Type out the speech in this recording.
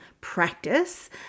practice